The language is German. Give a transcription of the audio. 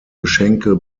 geschenke